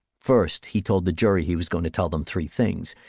first, he told the jury he was going to tell them three things.